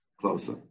closer